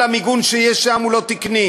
כל המיגון שיש שם הוא לא תקני.